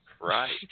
Right